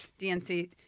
DNC